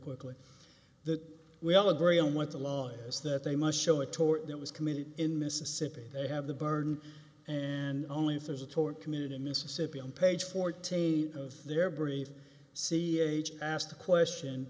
quickly that we all agree on what the law is that they must show a tort that was committed in mississippi they have the burden and only if there's a tort community in mississippi on page fourteen of their brief c h ask the question